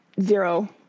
zero